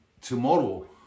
tomorrow